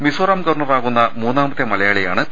മിസോറാം ഗവർണറാകുന്ന മൂന്നാമത്തെ മലയാളിയാണ് പി